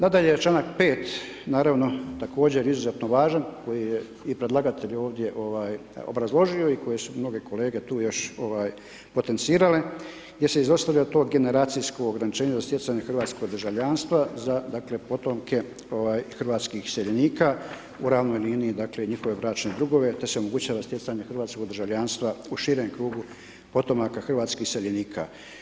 Nadalje, čl. 5 naravno također izuzetno važan i koji je i predlagatelj ovdje obrazložio, i koji su mnoge kolege tu još potencirale, gdje se izostavlja to generacijsko ograničenje za stjecanje hrvatskog državljanstva za potomke hrvatskih iseljenika u ravnoj liniji, dakle njihove bračne drugove te se omogućava stjecanje hrvatskog državljanstva u širem krugu potomaka hrvatskih iseljenika.